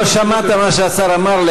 לא שמעת מה שהשר אמר לי.